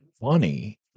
funny